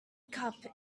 cup